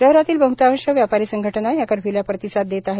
शहरातील बहतांश व्यापारी संघटना या कर्फ्यूला प्रतिसाद देत आहे